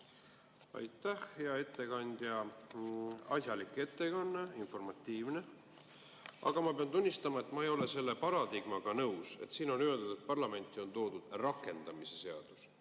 Aitäh, hea ettekandja! Asjalik ettekanne, informatiivne. Aga ma pean tunnistama, et ma ei ole selle paradigmaga nõus, et siin on öeldud, et parlamenti on toodud rakendamise seadus.